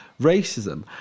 racism